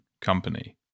company